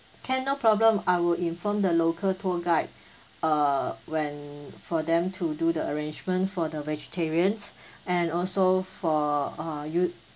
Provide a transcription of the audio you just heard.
can no problem I will inform the local tour guide uh when for them to do the arrangement for the vegetarians and also for uh you